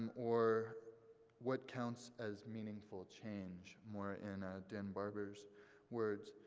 or what counts as meaningful change, more in dan barber's words?